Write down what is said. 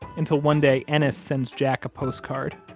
until one day ennis sends jack a postcard,